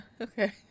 Okay